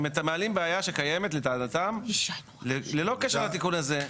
הם מעלים בעיה שקיימת לטענתם בלי קשר לתיקון הזה.